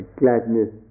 gladness